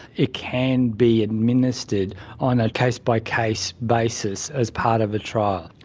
it can be administered on a case-by-case basis as part of a trial.